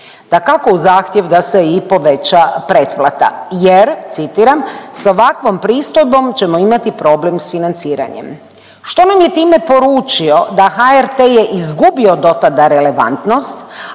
Dakako uz zahtjev da se i poveća pretplata jer citiram, s ovakvom pristojbom ćemo imati problem s financiranjem. Što nam je time poručio da HRT je izgubio dotada relevantnost,